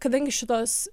kadangi šitos